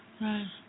Right